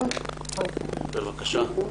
בבקשה.